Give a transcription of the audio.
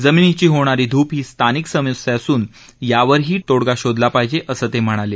जमिनीची होणार धूप ही स्थानिक समस्या असून यावरही तोडगा शोधला पाहिजे असं ते म्हणाले